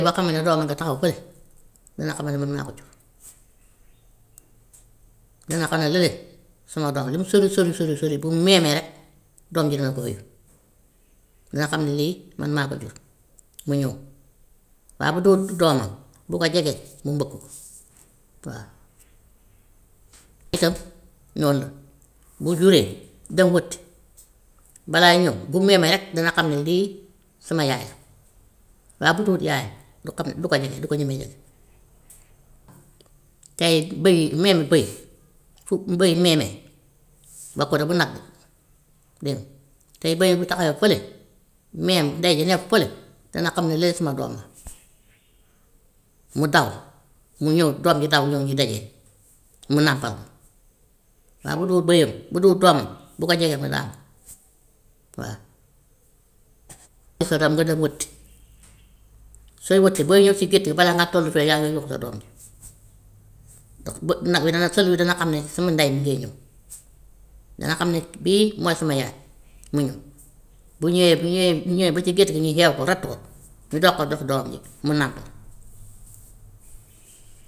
Loo xame ne doom a nga taxaw fële dana xame ne man maa ko jur, dana xam ne lële suma doom lu mu sori sori sori sori bu meemee rek doom ji dana ko oyu, dana xam ne lii man maa ko jur mu ñëw, waa bu dut doomam bu ko jegee mu mbëkk ko waa. Itam noonu la bu juree daw wëti balaay ñëw, bu meemee rek dana xam ne lii sama yaay la, waaye bu dut yaayam du xam du ko jege du ko ñemee jege. Tey bëy meemu bëy su mbëy meemee bokkut ak bu nag dégg nga, tey bëy bu taxawee fële meem ndey ji nekk fële dana xam ne lee suma doom ma, mu daw mu ñëw doom ji daw ñëw ñu daje mu nàmpal ko, waa bu dul béyam bu dul doomam bu ko jegee mu lànk, waa jël sa doom nga dem wëti, sooy wëti booy ñëw si gétt gi balaa ngay toll fee yaa ngi yuuxu sa doom ji, ndax bë- nag wi dana xar mi dana xam ne suma ndey mu ngi ñëw, dana xam ne bii mooy suma yaay mu ñëw, bu ñëwee bu ñëwee bu ñëwee ba si gétt gi ñu xeew ko ratt ko ñu doog ko jox doom yi mu nàmp.